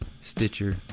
Stitcher